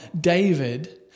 David